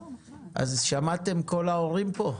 אז שמעתם כל ההורים פה?